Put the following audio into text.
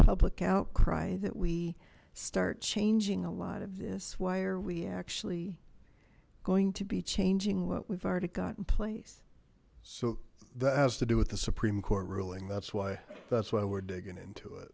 public outcry that we start changing a lot of this why are we actually going to be changing what we've already got in place so that has to do with the supreme court ruling that's why that's why we're digging into